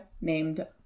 named